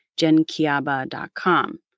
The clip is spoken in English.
jenkiaba.com